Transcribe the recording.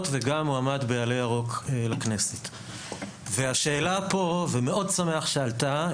וגם מועמד ב'עלה יורק' לכנסת והשאלה פה ומאד שמח שעלתה,